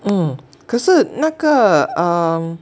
mm 可是那个 um